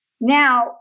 now